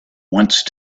once